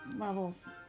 levels